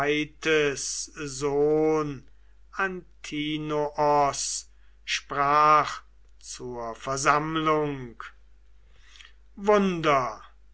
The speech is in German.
antinoos sprach zur versammlung wunder